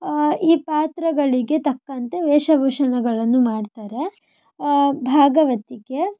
ಈ ಪಾತ್ರಗಳಿಗೆ ತಕ್ಕಂತೆ ವೇಷಭೂಷಣಗಳನ್ನು ಮಾಡ್ತಾರೆ ಭಾಗವತಿಕೆ